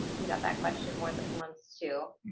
we got that question once and once too